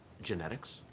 genetics